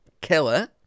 Killer